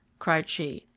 cried she,